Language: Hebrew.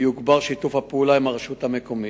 יוגבר שיתוף הפעולה עם הרשות המקומית.